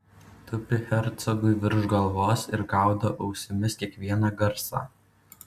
tupi hercogui virš galvos ir gaudo ausimis kiekvieną garsą